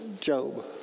Job